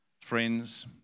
Friends